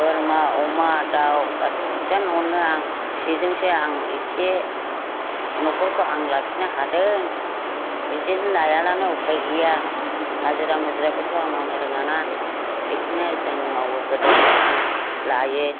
बोरमा अमा दाउ गासै न'आवनो आं बेजोंसो आं इसे न'खरखौ आं लाखिनो हादों बिदि लायाब्लानो उफाय गैया हाजिरा मुजिरा बोथ' आं मावनो रोङा ना बेखौनो जों मावो गोदोनिफ्रायनो लायो